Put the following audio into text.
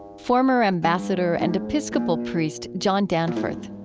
former ambassador and episcopal priest john danforth.